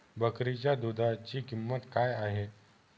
बकरीच्या दूधाची किंमत काय आहे?